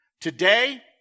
Today